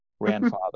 grandfather